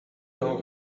know